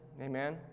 Amen